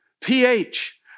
PH